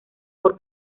por